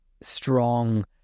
strong